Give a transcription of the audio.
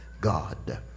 God